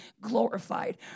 glorified